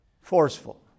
forceful